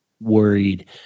worried